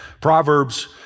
Proverbs